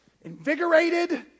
invigorated